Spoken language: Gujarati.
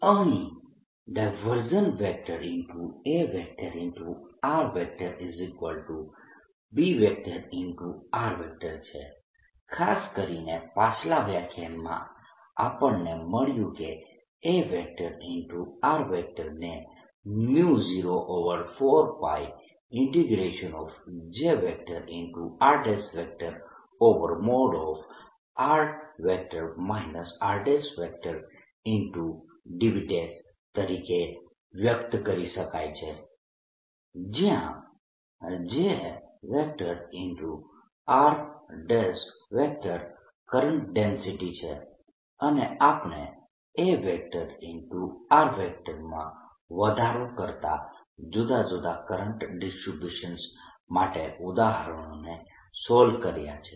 અહીં AB છે ખાસ કરીને પાછલા વ્યાખ્યાનમાં આપણને મળ્યું કે A ને 04πJ r|r r|dV તરીકે વ્યક્ત કરી શકાય છે જયાં J r કરંટ ડેન્સિટી છે અને આપણે A માં વધારો કરતા જુદા જુદા કરંટ ડિસ્ટ્રીબ્યુશન્સ માટેના ઉદાહરણોને સોલ્વ કર્યા છે